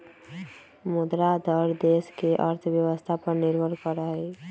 मुद्रा दर देश के अर्थव्यवस्था पर निर्भर करा हई